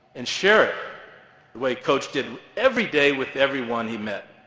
and share it, the way coach did, every day, with everyone he met.